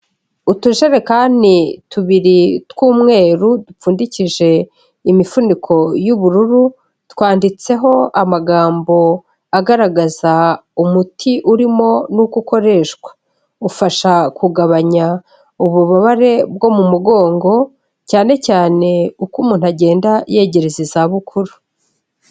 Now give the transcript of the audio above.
Utujerekani tubiri tw'umweru dupfundikije imifuniko y'ubururu, twanditseho amagambo agaragaza umuti urimo n'uko ukoreshwa. Ufasha kugabanya ububabare bwo mu mugongo cyane cyane uko umuntu agenda yegereza izabukuru.